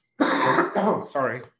Sorry